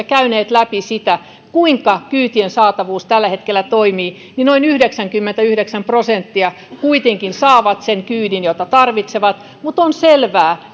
käyneet läpi sitä kuinka kyytien saatavuus tällä hetkellä toimii niin noin yhdeksänkymmentäyhdeksän prosenttia kuitenkin saa sen kyydin jota tarvitsee mutta on selvää